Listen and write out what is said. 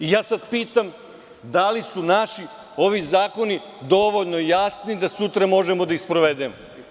Pitam da li su naši ovi zakoni dovoljno jasni da sutra možemo da ih sprovedemo?